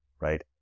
right